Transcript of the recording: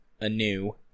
anew